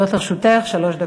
עומדות לרשותך שלוש דקות.